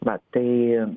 va tai